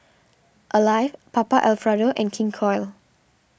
Alive Papa Alfredo and King Koil